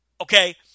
Okay